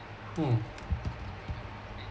mm